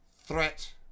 threat